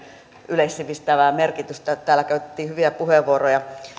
yleissivistävää merkitystä ja täällä käytettiin hyviä puheenvuoroja